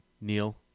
Neil